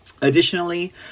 Additionally